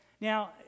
Now